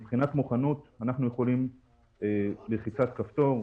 מבחינת מוכנות אנחנו יכולים בלחיצת כפתור,